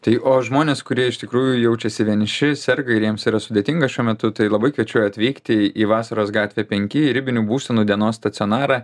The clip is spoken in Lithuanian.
tai o žmonės kurie iš tikrųjų jaučiasi vieniši serga ir jiems yra sudėtinga šiuo metu tai labai kviečiu atvykti į vasaros gatvė penki ribinių būsenų dienos stacionarą